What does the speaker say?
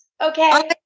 Okay